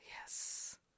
Yes